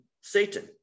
satan